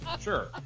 Sure